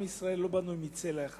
עם ישראל לא בנוי מצלע אחת.